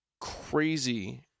crazy